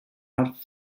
allowed